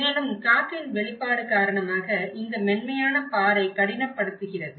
மேலும் காற்றின் வெளிப்பாடு காரணமாக இந்த மென்மையான பாறை கடினப்படுத்துகிறது